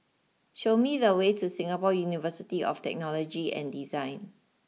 show me the way to Singapore University of Technology and Design